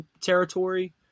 territory